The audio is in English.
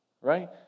right